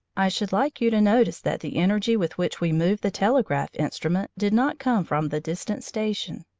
i should like you to notice that the energy with which we moved the telegraph instrument did not come from the distant station.